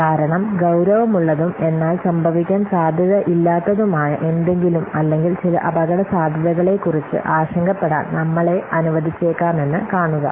കാരണം ഗൌരവമുള്ളതും എന്നാൽ സംഭവിക്കാൻ സാധ്യതയില്ലാത്തതുമായ എന്തെങ്കിലും അല്ലെങ്കിൽ ചില അപകടസാധ്യതകളെക്കുറിച്ച് ആശങ്കപ്പെടാൻ നമ്മളെ അനുവദിച്ചേക്കാമെന്ന് കാണുക